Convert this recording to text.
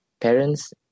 parents